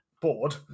bored